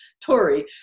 Tory